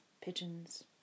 pigeons